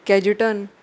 Cajetan